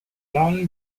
lang